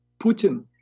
Putin